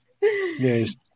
Yes